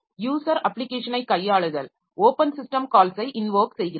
user அப்ளிகேஷனை கையாளுதல் open system கால்ஸை இன்வோக் செய்கிறது